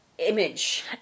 image